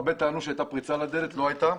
הרבה טענו שהייתה פריצה לדלת, אבל לא הייתה.